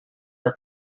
are